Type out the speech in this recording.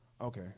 Okay